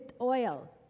oil